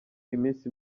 iminsi